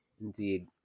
Indeed